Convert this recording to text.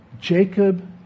Jacob